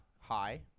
hi